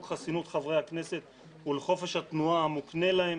חסינות חברי הכנסת ולחופש התנועה המוקנה להם